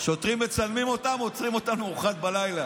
שוטרים מצלמים אותם ועוצרים אותם ב-01:00.